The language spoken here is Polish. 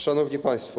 Szanowni Państwo!